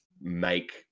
make